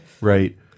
right